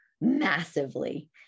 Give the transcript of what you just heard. massively